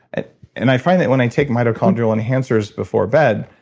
and and i find that when i take mitochondrial enhancers before bed,